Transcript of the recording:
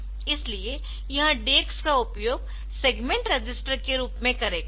इसलिए यह DX का उपयोग सेगमेंट रजिस्टर के रूप में करेगा